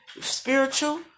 spiritual